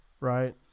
right